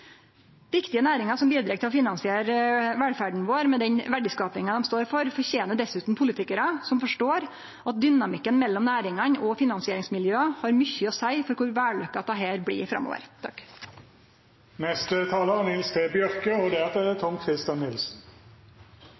Viktige næringar som bidreg til å finansiere velferda vår med den verdiskapinga dei står for, fortener dessutan politikarar som forstår at dynamikken mellom næringane og finansieringsmiljøa har mykje å seie for kor vellykka dette blir framover.